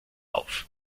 auf